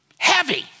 heavy